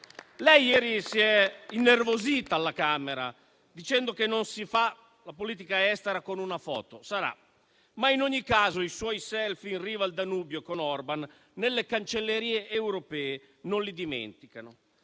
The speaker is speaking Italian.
Lei ieri si è innervosita alla Camera dicendo che non si fa la politica estera con una foto. Sarà, ma in ogni caso i suoi *selfie* in riva al Danubio con Orban nelle cancellerie europee non li dimenticano.